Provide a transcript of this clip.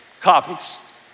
copies